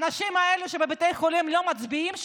האנשים האלו שבבתי החולים לא מצביעים שלו?